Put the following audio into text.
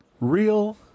Real